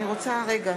למה?